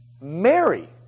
Mary